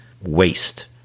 waste